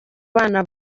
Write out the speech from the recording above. bana